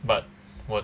but what